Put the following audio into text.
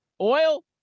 oil